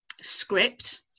script